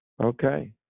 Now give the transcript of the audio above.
Okay